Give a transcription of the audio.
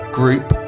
group